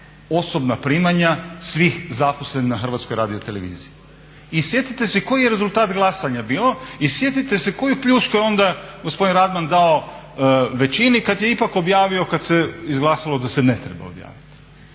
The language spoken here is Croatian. osobna primanja svih zaposlenih na Hrvatskoj radioteleviziji. I sjetite se koji je rezultat glasanja bio i sjetite se koju pljusku je onda gospodin Radman dao većini kada je ipak objavio kada se izglasalo da s ene treba objaviti.